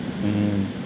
mmhmm